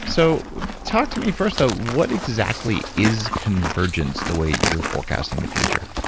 so talk to me first, so what exactly is convergence the way you're forecasting the future?